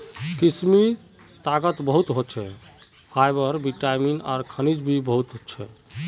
किशमिशत ताकत बहुत ह छे, फाइबर, विटामिन आर खनिज भी बहुत ह छे